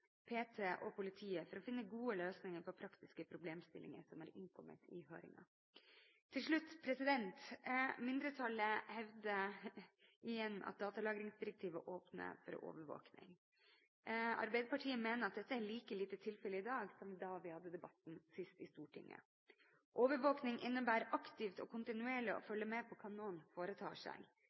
PT og politiet for å finne gode løsninger på praktiske problemstillinger som er innkommet i høringen. Til slutt: Mindretallet hevder igjen at datalagringsdirektivet åpner for overvåking. Arbeiderpartiet mener at dette er like lite tilfelle i dag som da vi hadde debatten sist i Stortinget. Overvåking innebærer aktivt og kontinuerlig å følge med på hva noen foretar seg.